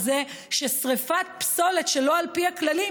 המריחה של הדבר הזה ולהבין שרק הפללת לקוחות זנות